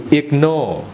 ignore